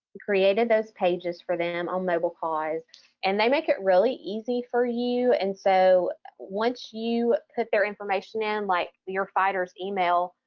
and created those pages for them on mobilecause and they make it really easy for you and so once you put their information in like your fighter's email,